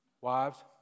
Wives